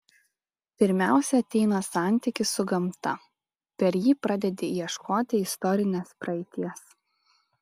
pirmiausia ateina santykis su gamta per jį pradedi ieškoti istorinės praeities